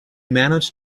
managed